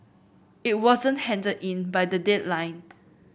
it wasn't handed in by the deadline